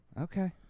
Okay